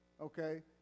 okay